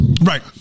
Right